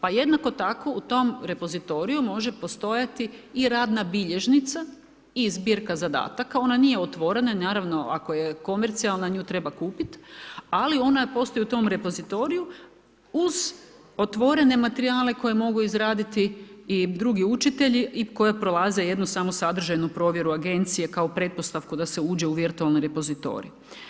Pa jednako tako u tom repozitoriju može postojati i radna bilježnica i zbirka zadataka, ona nije otvorena i naravno ako je komercijalna, nju treba kupiti, ali ona postoji u tom repozitoriju uz otvorene materijale koje mogu izraditi i drugi učitelji i koji prolaze jednu samo sadržajnu provjeru Agencije kao pretpostavku da se uđe u virtualni repozitorij.